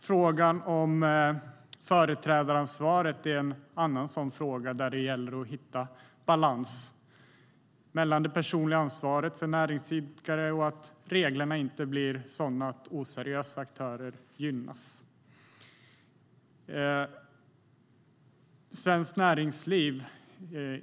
Frågan om företrädaransvaret är en annan fråga där det gäller att hitta en balans mellan det personliga ansvaret för en näringsidkare och reglerna, så att reglerna inte leder till att oseriösa aktörer gynnas.